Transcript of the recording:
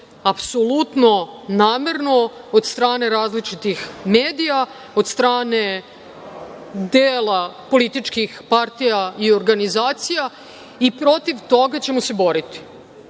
apsolutno namerno od strane različitih medija, od strane dela političkih partija i organizacija i protiv toga ćemo se boriti.